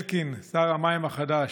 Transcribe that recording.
אלקין, שר המים החדש,